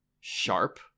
sharp